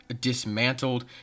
Dismantled